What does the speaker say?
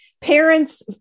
Parents